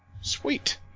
Sweet